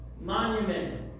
monument